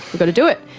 but to do it.